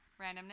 randomness